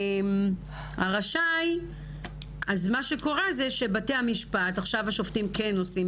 מה שקורה זה שעכשיו השופטים כן עושים,